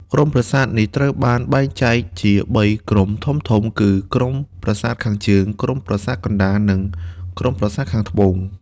ក្រុមប្រាសាទនេះត្រូវបានបែងចែកជា ៣ ក្រុមធំៗគឺ ក្រុមប្រាសាទខាងជើង ក្រុមប្រាសាទកណ្ដាល និងក្រុមប្រាសាទខាងត្បូង។